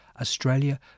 Australia